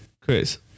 Chris